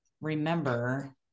remember